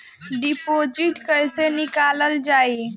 Deposit कैसे निकालल जाइ?